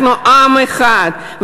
אנחנו עם אחד,